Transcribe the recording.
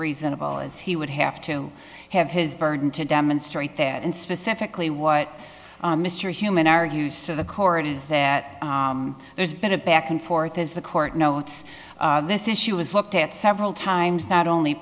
reasonable is he would have to have his burden to demonstrate that and specifically what mr human argues to the court is that there's been a back and forth as the court notes this issue was looked at several times not only